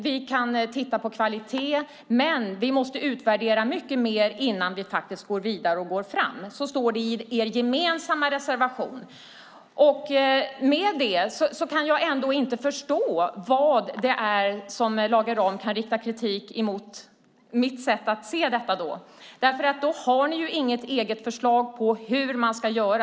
Vi kan titta på kvalitet, men vi måste utvärdera mycket mer innan vi går vidare och går fram. Så står det i er gemensamma reservation. I och med detta kan jag inte förstå vad det är som Lage Rahm riktar kritik mot i mitt sätt att se detta. Ni har ju inget eget förslag på hur man ska göra.